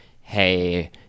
hey